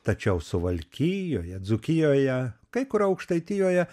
tačiau suvalkijoje dzūkijoje kai kur aukštaitijoje